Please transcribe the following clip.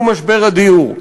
והוא משבר הדיור.